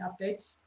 updates